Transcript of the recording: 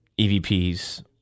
EVPs